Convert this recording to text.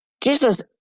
Jesus